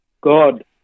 God